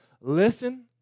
listen